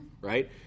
right